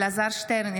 אינה נוכחת אלעזר שטרן,